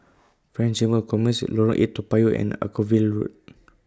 French Chamber of Commerce Lorong eight Toa Payoh and Anchorvale Road